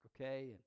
okay